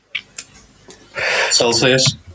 Celsius